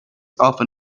often